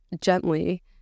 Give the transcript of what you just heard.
gently